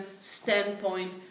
standpoint